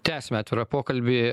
tęsiame atvirą pokalbį